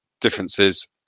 differences